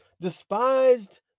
despised